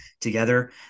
together